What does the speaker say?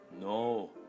No